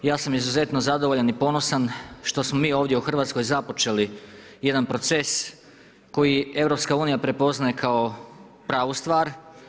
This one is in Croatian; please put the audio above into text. Ja sam izuzetno zadovoljan i ponosan što smo mi ovdje u Hrvatskoj započeli jedan proces koji EU prepoznaje kao pravu stvar.